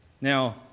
Now